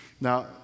Now